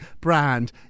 brand